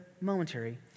momentary